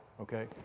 Okay